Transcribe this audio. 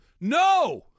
no